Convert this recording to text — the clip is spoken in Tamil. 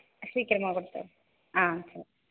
சீக்கிரமாக கொடுத்துட்றேன் ஆ சரி